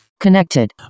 connected